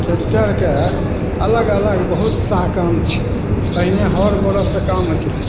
ट्रैकटरके अलग अलग बहुत सा काम छै पहिने हर बड़दसे काम होइ छलै